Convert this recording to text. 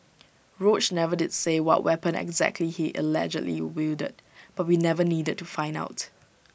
roach never did say what weapon exactly he allegedly wielded but we never needed to find out